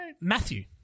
Matthew